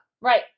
Right